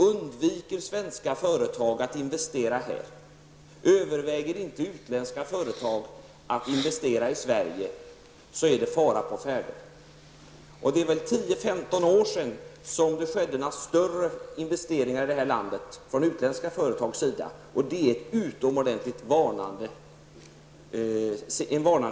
Undviker svenska företag att investera här, överväger inte utländska företag att investera i Sverige, så är det fara på färde. Det är väl 10--15 år sedan det skedde några större investeringar i det här landet från utländska företags sida. Det är en utomordentligt varnande signal.